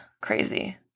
Crazy